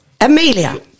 Amelia